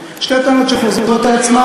שתי טענות שחוזרות על עצמן,